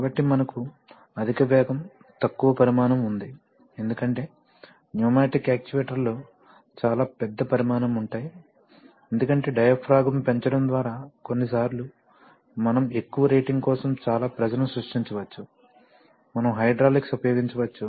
కాబట్టి మనకు అధిక వేగం తక్కువ పరిమాణం ఉంది ఎందుకంటే న్యూమాటిక్ యాక్యుయేటర్లు చాలా పెద్ద పరిమాణం ఉంటాయి ఎందుకంటే డయాఫ్రాగమ్ పెంచడం ద్వారా కొన్నిసార్లు మనం ఎక్కువ రేటింగ్ కోసం చాలా ప్రెషర్ ని సృష్టించవచ్చు మనం హైడ్రాలిక్స్ ఉపయోగించవచ్చు